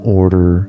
order